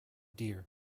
dear